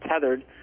tethered